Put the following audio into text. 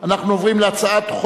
אני קובע שהצעתו